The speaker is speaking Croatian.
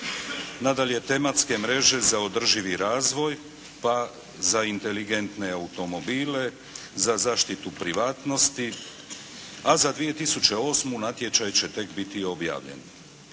Nadalje tematske mreže za održivi razvoj pa za inteligentne automobile, za zaštitu privatnosti, a za 2008. natječaj će tek biti objavljen.